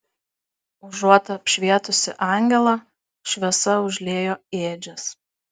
užuot apšvietusi angelą šviesa užliejo ėdžias